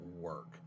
work